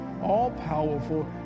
all-powerful